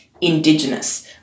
Indigenous